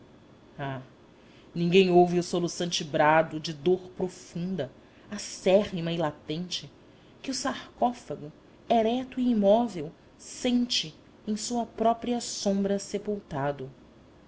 ninguém ouve o soluçante brado de dor produnfa acérrima e latente que o sarcófago ereto e imóvel sente em sua própria sombra sepultado